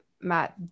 matt